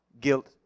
guilt